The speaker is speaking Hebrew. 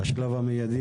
לגבי השלב המיידי,